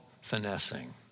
finessing